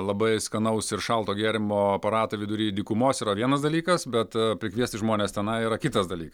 labai skanaus ir šalto gėrimo aparatą vidury dykumos yra vienas dalykas bet prikviesti žmones tenai yra kitas dalyka